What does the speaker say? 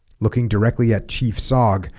looking directly at chief sogg